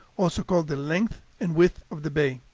also called the length and width of the bay.